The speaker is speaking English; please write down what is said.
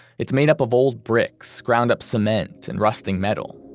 it's made up of old bricks ground up cement and rusting metal.